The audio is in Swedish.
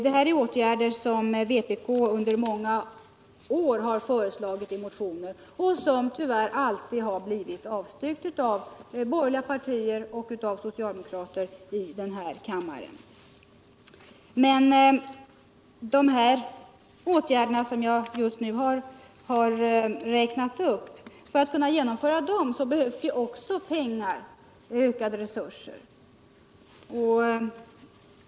Det här är åtgärder som vpk under många år har föreslagit i motioner, men motionerna har tyvärr altid blivit avstagna av borgerliga partier och av socialdemokrater i denna kammare. För att man skall att kunna genomföra dessa åtgärder behövs det emellertid också pengar och ökade resurser.